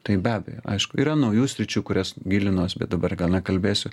tai be abejo aišku yra naujų sričių į kurias gilinuos bet dabar gal nekalbėsiu